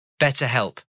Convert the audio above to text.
BetterHelp